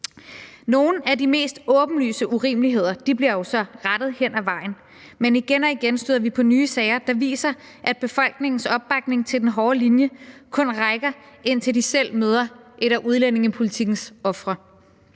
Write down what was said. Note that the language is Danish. Nogle af de mest åbenlyse urimeligheder bliver jo så rettet hen ad vejen, men igen og igen støder vi på nye sager, der viser, at befolkningens opbakning til den hårde linje kun rækker, indtil de selv møder et af udlændingepolitikkens ofre.